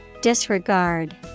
Disregard